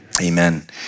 amen